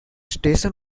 station